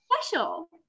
special